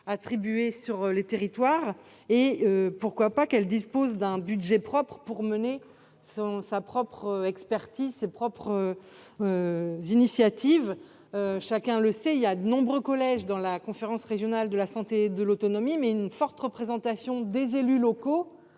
attribués aux territoires ; enfin, qu'elle dispose d'un budget propre pour mener sa propre expertise et ses propres initiatives. Chacun le sait, il existe de nombreux collèges dans la conférence régionale de la santé et de l'autonomie, ainsi qu'une forte représentation des élus locaux